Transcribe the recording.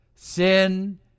Sin